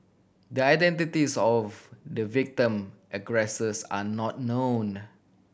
the identities of the victim and aggressors are not known